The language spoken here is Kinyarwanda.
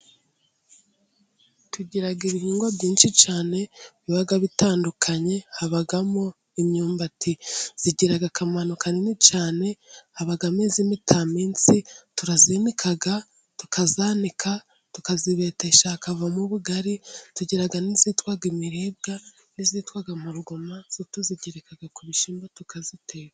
Tugira ibihingwa byinshi cyane biba bitandukanye habamo: imyumbati ,igira akamaro kanini cyane habamo: iyi imitaminsi turayinika tukayibetesha ikavamo ubugari tugira n'iyitwa imiribwa, n'iyitwa Mporogoma yo tuyigereka ku bishyimbo tukayiteka.